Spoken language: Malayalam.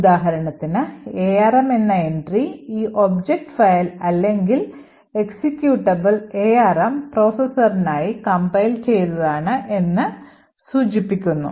ഉദാഹരണത്തിന് ARM എന്ന entry ഈ ഒബ്ജക്റ്റ് ഫയൽ അല്ലെങ്കിൽ എക്സിക്യൂട്ടബിൾ ARM പ്രോസസറിനായി compile ചെയ്തതാണ് എന്ന് സൂചിപ്പിക്കുന്നു